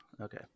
Okay